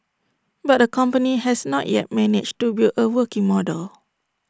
but the company has not yet managed to build A working model